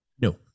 no